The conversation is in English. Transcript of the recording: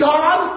God